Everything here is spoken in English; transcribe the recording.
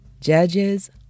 Judges